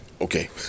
okay